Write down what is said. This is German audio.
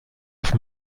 auf